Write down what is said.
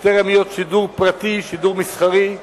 בטרם היות שידור פרטי, שידור מסחרי,